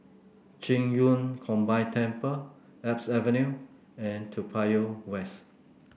Qing Yun Combined Temple Alps Avenue and Toa Payoh West